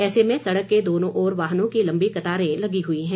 ऐसे में सड़क के दोनों ओर वाहनों की लम्बी कतारें लगी हुई हैं